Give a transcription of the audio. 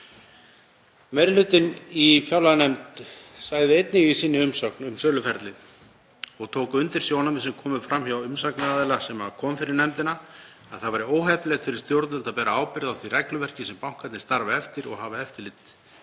hlutinn í fjárlaganefnd sagði einnig í sinni umsögn um söluferlið, og tók undir sjónarmið sem komu fram hjá umsagnaraðila sem kom fyrir nefndina, að það væri óheppilegt fyrir stjórnvöld að bera ábyrgð á því regluverki sem bankarnir starfa eftir og hafa eftirlit